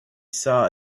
saw